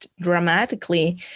dramatically